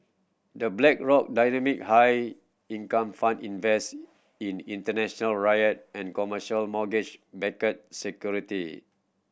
The Blackrock Dynamic High Income Fund invest in international REIT and commercial mortgage backed security